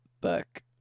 book